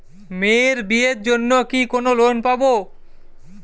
মেয়ের বিয়ের জন্য কি কোন লোন পাব?